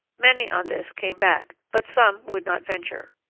many on this came back, but some would not venture.